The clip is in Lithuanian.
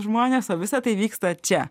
žmonės o visa tai vyksta čia